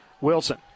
Wilson